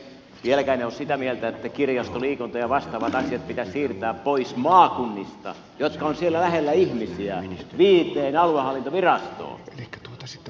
vieläkään en ole sitä mieltä että kirjasto liikunta ja vastaavat asiat pitäisi siirtää pois maakunnista jotka ovat siellä lähellä ihmisiä viiteen aluehallintovirastoon